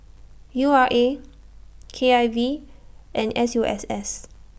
U R A K I V and S U S S